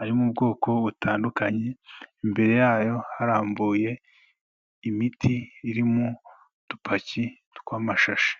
ari mu bwoko butandukanye, imbere yayo harambuye imiti iri mu dupaki tw'amashashi.